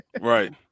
Right